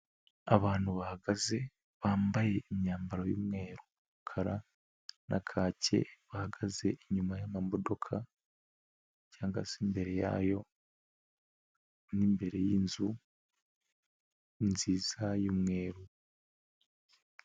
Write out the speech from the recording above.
Abantu bahagaze bambaye imyambaro y'umweru, umukara na kake, bahagaze inyuma y'amamodoka cyangwa se imbere yayo n'imbere y'inzu nziza y'umweru.